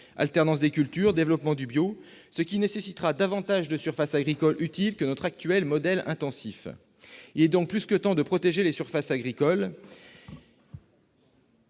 alternance des cultures, développement du bio, etc. -, ce qui nécessitera davantage de surfaces agricoles utiles que notre actuel modèle intensif. Il est donc plus que temps de protéger les surfaces agricoles.